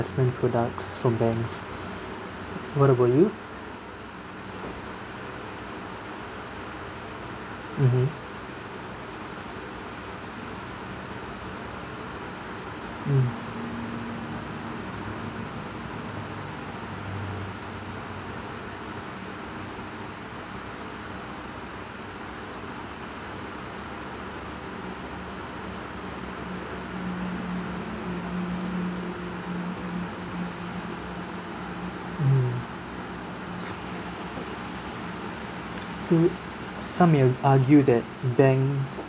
investment products from banks what about you mmhmm mm mm so some will argue that banks